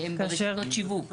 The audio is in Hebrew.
שהן ברשתות שיווק.